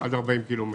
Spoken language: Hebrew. עד 40 קילומטר.